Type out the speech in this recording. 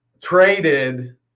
traded